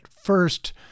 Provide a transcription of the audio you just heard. first